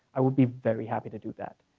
i would be very happy to do that.